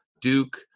Duke